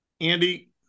Andy